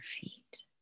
feet